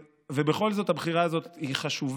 ובכל זאת, הבחירה הזאת חשובה,